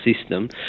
system